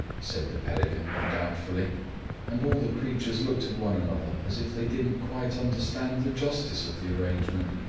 said the pelican, doubtfully and all the creatures looked at one another as if they didn't quite understand the justice of the arrangement.